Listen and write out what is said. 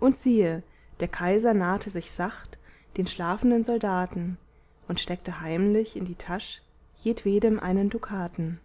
und siehe der kaiser nahte sich sacht den schlafenden soldaten und steckte heimlich in die tasch jedwedem einen dukaten